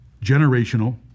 generational